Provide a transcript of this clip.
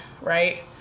right